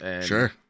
Sure